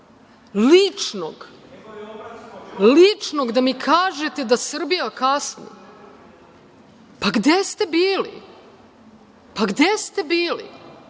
ličnog, ličnog da mi kažete da Srbija kasni? Pa gde ste bili? Pa gde ste bili?